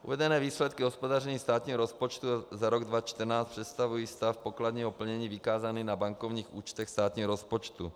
Uvedené výsledky hospodaření státního rozpočtu za rok 2014 představují stav pokladního plnění vykázaný na bankovních účtech státního rozpočtu.